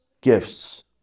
gifts